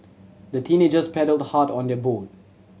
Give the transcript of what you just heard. the teenagers paddled hard on their boat